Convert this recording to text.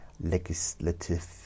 legislative